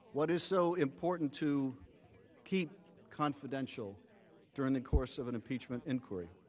what is so important to keep confidential during the course of an impeachment inquiry?